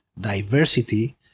diversity